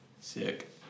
Sick